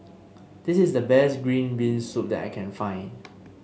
this is the best Green Bean Soup that I can find